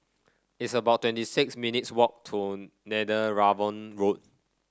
it's about twenty six minutes walk to Netheravon Road